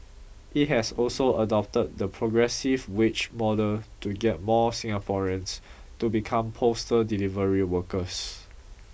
it has also adopted the progressive wage model to get more Singaporeans to become postal delivery workers